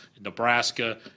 Nebraska